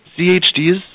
CHDs